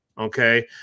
okay